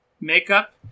makeup